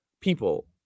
people